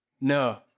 No